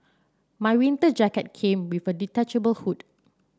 my winter jacket came with a detachable hood